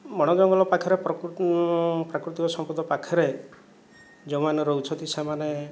ବଣ ଜଙ୍ଗଲ ପାଖରେ ପ୍ରକ୍ରୁ ପ୍ରାକୃତିକ ସମ୍ପଦ ପାଖରେ ଯେଉଁମାନେ ରହୁଛନ୍ତି ସେହିମାନେ